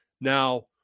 Now